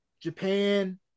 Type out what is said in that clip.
Japan